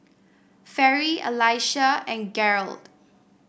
Fairy Allyssa and Garold